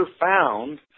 found